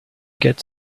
get